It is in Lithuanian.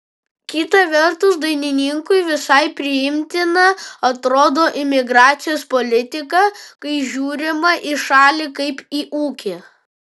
kita vertus dainininkui visai priimtina atrodo imigracijos politika kai žiūrima į šalį kaip į ūkį